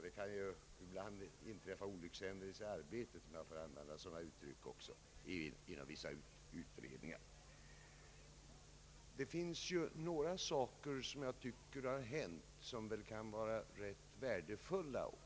Det kan ju ibland också inträffa olyckshändelser i arbetet inom vissa utredningar, om jag får använda det uttrycket. Men det har också hänt en del ganska värdefulla ting.